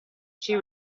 she